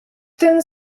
ten